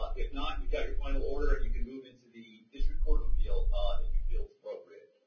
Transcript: ah if not, you've got your final order and you can move into the district court of appeal ah if you feel it's appropriate.